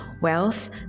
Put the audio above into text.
wealth